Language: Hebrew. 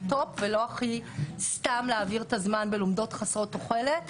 טובה ולא סתם להעביר את הזמן בלומדות חסרות תוחלת.